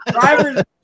Driver's